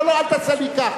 לא, לא, אל תעשה לי כך.